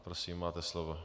Prosím, máte slovo.